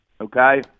okay